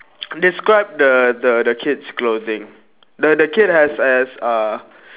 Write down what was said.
describe the the the kid's clothing the the kid has has uh